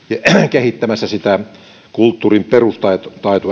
kehittämässä sitä kulttuurin perustaitoa